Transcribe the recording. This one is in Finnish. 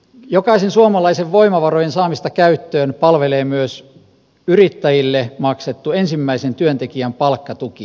jokaisen suomalaisen voimavarojen saamista käyttöön palvelee myös yrittäjille maksettu ensimmäisen työntekijän palkkatuki